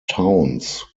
towns